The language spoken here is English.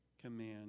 command